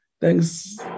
Thanks